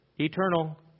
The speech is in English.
Eternal